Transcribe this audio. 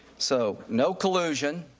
so, no collusion.